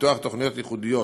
פיתוח תוכניות ייחודיות